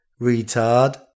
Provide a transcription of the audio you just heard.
Retard